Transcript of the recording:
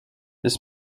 this